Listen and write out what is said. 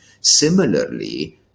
Similarly